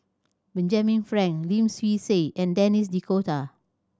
Benjamin Frank Lim Swee Say and Denis D'Cotta